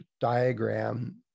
diagram